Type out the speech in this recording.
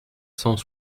cent